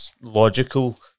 logical